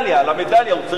הוא צריך להביא מדליה?